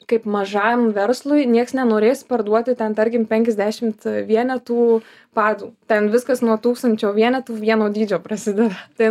kaip mažam verslui nieks nenorės parduoti ten tarkim penkiasdešimt vienetų padų ten viskas nuo tūkstančio vienetų vieno dydžio prasideda tai